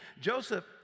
Joseph